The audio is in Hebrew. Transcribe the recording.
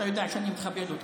אתה יודע שאני מכבד אותך.